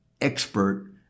expert